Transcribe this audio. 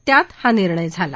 त्यात हा निर्णय झाला